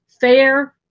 fair